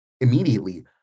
immediately